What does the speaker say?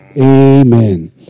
Amen